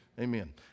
Amen